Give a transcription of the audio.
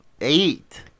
Eight